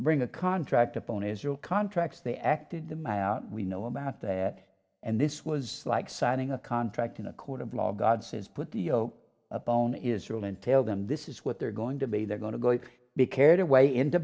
bring a contract upon israel contracts they acted them out we know about that and this was like signing a contract in a court of law god says put the bone israel and tell them this is what they're going to be they're going to going to be carried away into